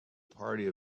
party